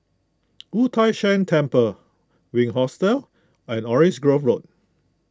Wu Tai Shan Temple Wink Hostel and Orange Grove Road